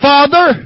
Father